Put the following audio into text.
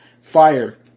Fire